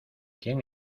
quién